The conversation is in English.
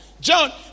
John